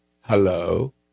Hello